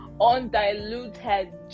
undiluted